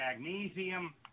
magnesium